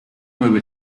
nueva